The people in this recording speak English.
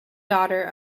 daughter